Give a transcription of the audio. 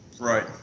Right